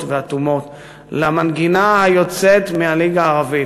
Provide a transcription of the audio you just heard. ואטומות למנגינה היוצאת מהליגה הערבית.